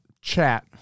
chat